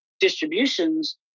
distributions